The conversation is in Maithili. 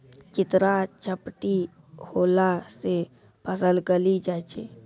चित्रा झपटी होला से फसल गली जाय छै?